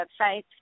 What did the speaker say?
websites